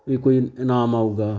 ਵੀ ਕੋਈ ਇਨਾਮ ਆਵੇਗਾ